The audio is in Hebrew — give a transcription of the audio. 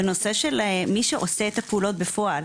בנושא של מי שעושה את הפעולות בפועל.